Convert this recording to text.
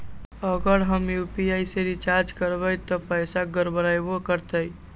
अगर हम यू.पी.आई से रिचार्ज करबै त पैसा गड़बड़ाई वो करतई?